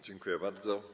Dziękuję bardzo.